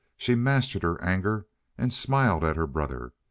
she mastered her anger and smiled at her brother.